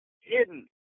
hidden